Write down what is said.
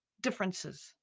differences